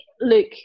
look